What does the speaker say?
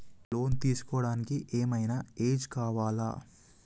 Loan తీస్కోవడానికి ఏం ఐనా ఏజ్ కావాలా?